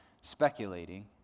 speculating